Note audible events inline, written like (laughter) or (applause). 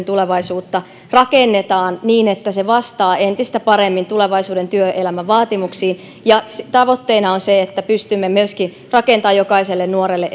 (unintelligible) tulevaisuutta rakennetaan niin että se vastaa entistä paremmin tulevaisuuden työelämän vaatimuksiin ja tavoitteena on se että pystymme myöskin rakentamaan jokaiselle nuorelle (unintelligible)